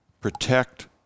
protect